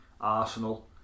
Arsenal